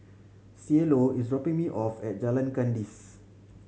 Cielo is dropping me off at Jalan Kandis